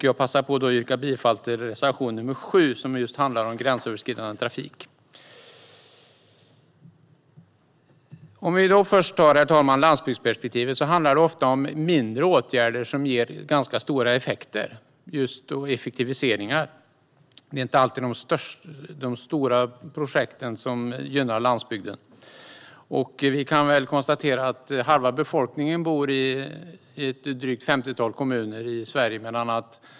Jag passar då på att yrka bifall till reservation nr 7, som handlar om just gränsöverskridande trafik. Herr talman! När det först gäller landsbygdsperspektivet handlar det ofta om mindre åtgärder som ger ganska stora effekter och effektiviseringar. Det är inte alltid de stora projekten som gynnar landsbygden. Halva Sveriges befolkning bor i ett drygt femtiotal kommuner.